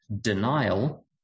denial